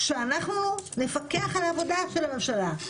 שאנחנו נפקח על העבודה של הממשלה,